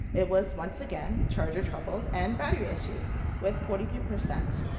it was, once again, charger troubles and battery issues with forty three percent.